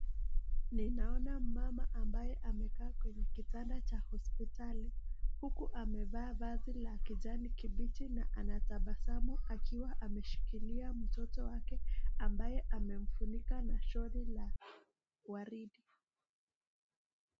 Ninaona mama ambaye amekaa kwenye kitanda cha hospitali huku amevaa vazi la kijani kibichi na anatabasamu akiwa ameshikilia mtoto wake ambaye amemfunika na sholi la waridi.